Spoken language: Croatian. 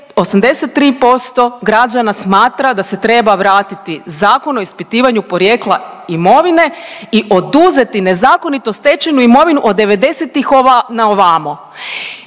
83% građana smatra da se treba vratiti Zakon o ispitivanju porijekla imovine i oduzeti nezakonito stečenu imovinu od '90.-tih na ovamo.